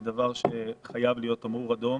זה דבר שחייב להיות תמרור אדום.